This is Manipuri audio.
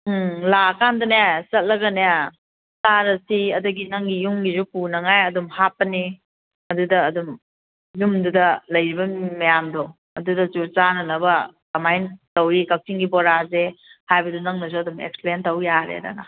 ꯎꯝ ꯂꯥꯛꯑꯀꯥꯟꯗꯅꯦ ꯆꯠꯂꯒꯅꯦ ꯆꯥꯔꯁꯤ ꯑꯗꯒꯤ ꯅꯪꯒꯤ ꯌꯨꯝꯒꯤꯁꯨ ꯄꯨꯅꯤꯡꯉꯥꯏ ꯑꯗꯨꯝ ꯍꯥꯞꯄꯅꯤ ꯑꯗꯨꯗ ꯑꯗꯨꯝ ꯌꯨꯝꯗꯨꯗ ꯂꯩꯔꯤꯕ ꯃꯌꯥꯝꯗꯣ ꯑꯗꯨꯗꯁꯨ ꯆꯥꯅꯅꯕ ꯀꯃꯥꯏꯅ ꯇꯧꯋꯤ ꯀꯛꯆꯤꯡꯒꯤ ꯕꯣꯔꯥꯁꯦ ꯍꯥꯏꯕꯗꯣ ꯅꯪꯅꯁꯨ ꯑꯗꯨꯝ ꯑꯦꯛꯁꯄ꯭ꯂꯦꯟ ꯇꯧꯌꯥꯔꯦꯗꯅ